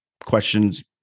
questions